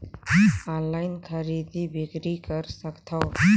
Online खरीदी बिक्री कर सकथव?